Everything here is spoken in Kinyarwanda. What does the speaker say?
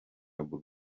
bull